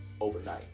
overnight